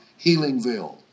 Healingville